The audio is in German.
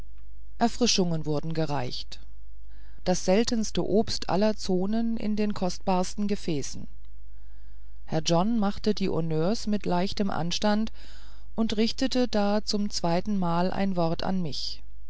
erfrischungen wurden gereicht das seltenste obst aller zonen in den kostbarsten gefäßen herr john machte die honneurs mit leichtem anstand und richtete da zum zweiten mal ein wort an mich